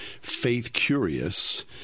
faith-curious